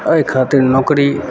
अइ खातिर नौकरी